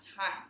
time